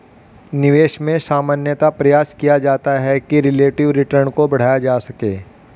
निवेश में सामान्यतया प्रयास किया जाता है कि रिलेटिव रिटर्न को बढ़ाया जा सके